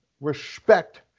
respect